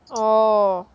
oh